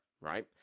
right